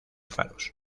faros